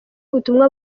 ubutumwa